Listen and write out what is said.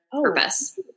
purpose